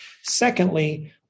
Secondly